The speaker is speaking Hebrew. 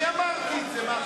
אני אמרתי את זה.